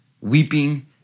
weeping